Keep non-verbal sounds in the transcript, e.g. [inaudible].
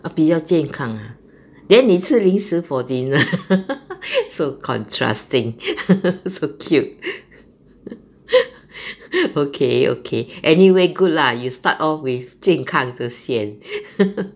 orh 比较健康 ah then 你吃零食 for dinner [laughs] so contrasting [laughs] so cute [laughs] okay okay anyway good lah you start off with 健康这些 [laughs]